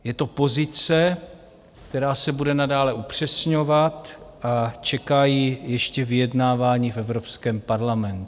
Je to pozice, která se bude nadále upřesňovat, a čeká ji ještě vyjednávání v Evropském parlamentu.